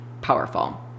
powerful